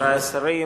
חברי השרים,